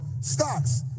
Stocks